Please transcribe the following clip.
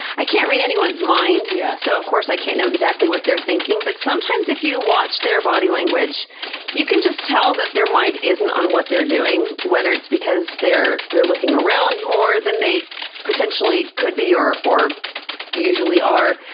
i can't read anyone's mind, yeah so of course i can't know exactly what they're thinking. but sometimes if you watch their body language you can just tell that their mind isn't on what they're doing. whether it's because they're they're looking around more than they potentially could be or or usually are,